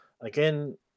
again